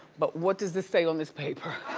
but what does this say on this paper?